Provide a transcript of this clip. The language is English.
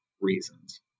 reasons